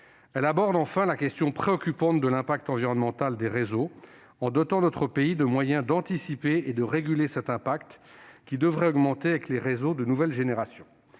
Elle aborde enfin la question préoccupante de l'impact environnemental des réseaux en dotant notre pays de moyens d'anticiper et de réguler cet impact, qui devrait augmenter avec les réseaux de nouvelle génération.